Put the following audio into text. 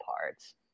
parts